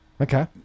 Okay